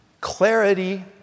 clarity